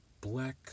black